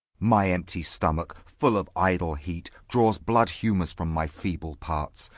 my empty stomach, full of idle heat, draws bloody humours from my feeble parts,